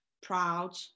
proud